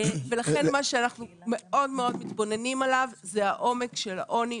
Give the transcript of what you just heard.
ולכן מה שאנחנו מאוד מתבוננים עליו זה העומק של העוני,